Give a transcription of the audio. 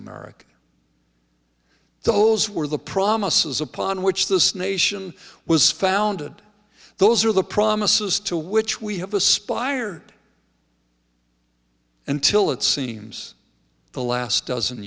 america those were the promises upon which this nation was founded those are the promises to which we have aspired until it seems the last dozen